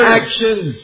actions